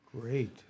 Great